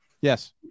yes